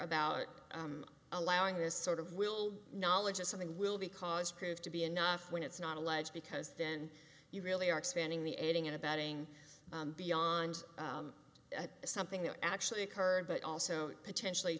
about allowing this sort of will knowledge of something will be cause prove to be enough when it's not alleged because then you really are expanding the aiding and abetting beyond something that actually occurred but also potentially